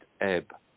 ebb